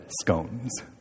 scones